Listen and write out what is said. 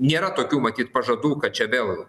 nėra tokių matyt pažadų kad čia vėl